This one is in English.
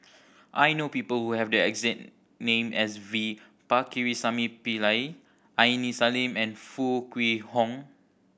I know people who have the exact name as V Pakirisamy Pillai Aini Salim and Foo Kwee Horng